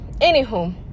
Anywho